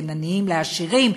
בין עניים לעשירים,